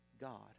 god